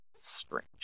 strange